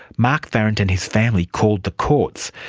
mark farrant and his family called the courts,